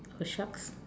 oh shucks